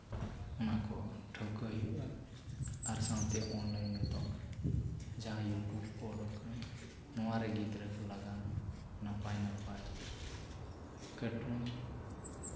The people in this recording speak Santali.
ᱚᱱᱟ ᱠᱚ ᱴᱷᱟᱹᱣᱠᱟᱹ ᱦᱩᱭᱩᱜᱼᱟ ᱟᱨ ᱥᱟᱶᱛᱮ ᱚᱱᱞᱟᱭᱤᱱ ᱱᱤᱛᱚᱜ ᱡᱟᱦᱟᱸ ᱤᱭᱩᱴᱩᱵᱽ ᱠᱚ ᱩᱰᱩᱠ ᱠᱟᱱᱟ ᱱᱚᱣᱟᱨᱮ ᱜᱤᱫᱽᱨᱟᱹ ᱠᱚ ᱞᱟᱹᱜᱤᱫ ᱱᱟᱯᱟᱭ ᱱᱟᱯᱟᱭ ᱠᱟᱨᱴᱩᱱ